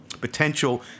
potential